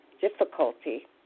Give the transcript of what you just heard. difficulty